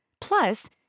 Plus